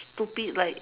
stupid like